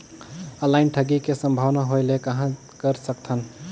Online ठगी के संभावना होय ले कहां कर सकथन?